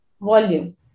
volume